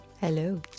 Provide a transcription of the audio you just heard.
Hello